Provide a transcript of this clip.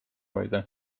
hoida